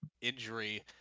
injury